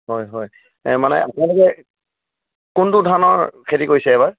হয় হয় মানে আপোনালোকে কোনটো ধানৰ খেতি কৰিছে এইবাৰ